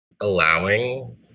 allowing